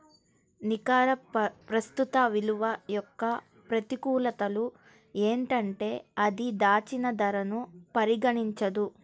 నికర ప్రస్తుత విలువ యొక్క ప్రతికూలతలు ఏంటంటే అది దాచిన ధరను పరిగణించదు